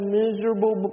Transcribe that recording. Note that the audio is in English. miserable